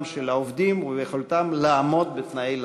של העובדים וביכולתם לעמוד בתנאי לחץ.